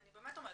אני באמת אומרת,